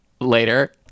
later